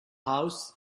house